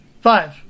Five